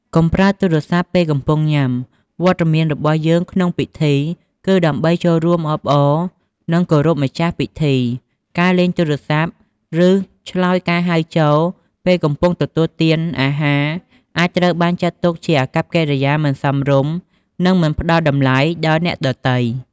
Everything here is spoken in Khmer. កុំប្រើទូរសព្ទពេលកំពុងញ៉ាំ វត្តមានរបស់យើងក្នុងពិធី គឺដើម្បីចូលរួមអបអរ និងគោរពម្ចាស់ពិធីការលេងទូរសព្ទ ឬឆ្លើយការហៅចូលពេលកំពុងទទួលទានអាហារ អាចត្រូវបានចាត់ទុកថាជាអាកប្បកិរិយាមិនសមរម្យ និងមិនផ្ដល់តម្លៃដល់អ្នកដទៃ។